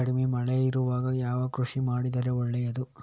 ಕಡಿಮೆ ಮಳೆ ಇರುವಾಗ ಯಾವ ಕೃಷಿ ಮಾಡಿದರೆ ಒಳ್ಳೆಯದು?